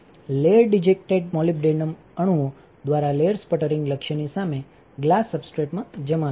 layer ડિજેક્ટેડ molybdenum અણુઓદ્વારા લેયરસ્પટરિંગ લક્ષ્યની સામે ગ્લાસ સબસ્ટ્રેટમાં જમા થાય છે